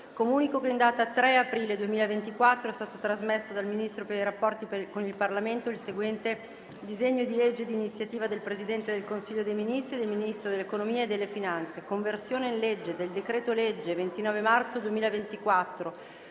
Comunico che in data 3 aprile 2024 è stato trasmesso dal Ministro per i rapporti con il Parlamento il seguente disegno di legge di iniziativa del Presidente del Consiglio dei ministri e del Ministro dell'economia e delle finanze: «Conversione in legge del decreto-legge 29 marzo 2024,